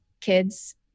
kids